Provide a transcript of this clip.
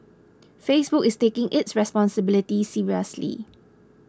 Facebook is taking its responsibility seriously